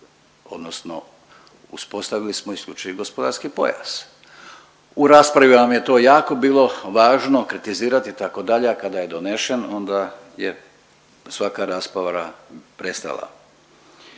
odnosno uspostavili smo isključivi gospodarski pojas. U raspravi vam je to jako bilo važno kritizirati itd., a kada je donešen onda je svaka rasprava prestala.